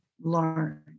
learn